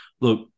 look